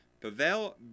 Pavel